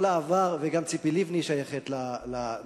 וגם ציפי לבני שייכת לזה.